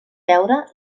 veure